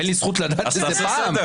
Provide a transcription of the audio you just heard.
אין לי זכות לדעת איזה פעם?